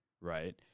right